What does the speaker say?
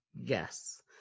Yes